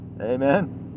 Amen